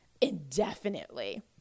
indefinitely